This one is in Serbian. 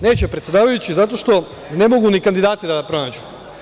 Neće, predsedavajući, zato što ne mogu ni kandidate da pronađu.